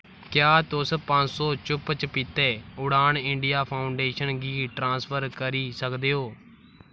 क्या तुस पंज सौ चुप्प चपीते उड़ान इंडिया फाउंडेशन गी ट्रांसफर करी सकदे ओ